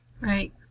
Right